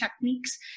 techniques